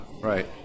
right